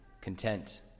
content